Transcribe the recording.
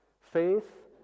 faith